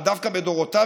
אבל דווקא בדורו,